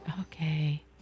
okay